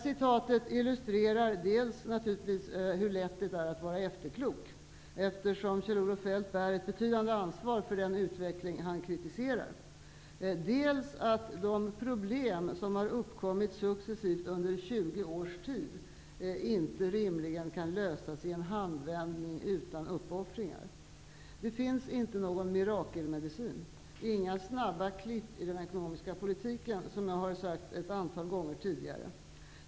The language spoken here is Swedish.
Citatet illustrerar dels att det är lätt att vara efterklok, eftersom Kjell-Olof Feldt bär ett betydande ansvar för den utveckling som han kritiserar, dels att de problem som under 20 års tid successivt uppkommit rimligen inte kan lösas i en handvändning, utan uppoffringar. Det finns ingen mirakelmedicin, inga snabba klipp i den ekonomiska politiken. Det har jag sagt ett antal gånger tidigare.